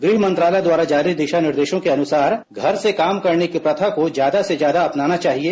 गृह मंत्रालय द्वारा जारी दिशानिर्देशों के अनुसार घर से काम करने की प्रथा को ज्यादा से ज्यादा अपनाना चाहिए